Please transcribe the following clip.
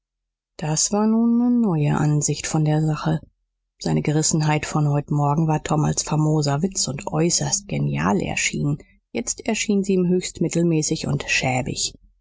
das war nun ne neue ansicht von der sache seine gerissenheit von heut morgen war tom als famoser witz und äußerst genial erschienen jetzt erschien sie ihm höchst mittelmäßig und schäbig